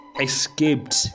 escaped